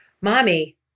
Mommy